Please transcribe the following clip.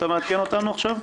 אתה מעדכן אותנו עכשיו?